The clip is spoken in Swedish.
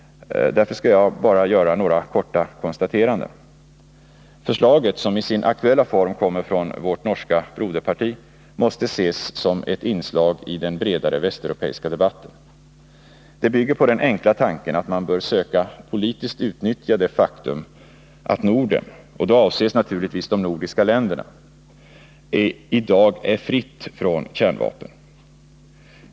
Därför skall jag bara göra några korta konstateranden. Förslaget, som i sin aktuella form kommer från vårt norska broderparti, måste ses som ett inslag i den bredare västeuropeiska debatten. Det bygger på den enkla tanken att man bör söka politiskt utnyttja det faktum att Norden — och då avses naturligtvis de nordiska länderna — i dag är fritt från kärnvapen.